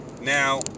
Now